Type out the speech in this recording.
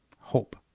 hope